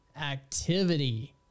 activity